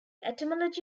etymology